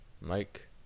Mike